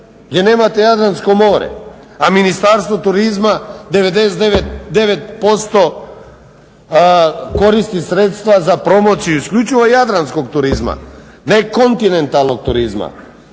gdje nemate Jadransko more a Ministarstvo turizma 99% koristi sredstva za promociju isključivo jadranskog turizma, ne kontinentalnog turizma.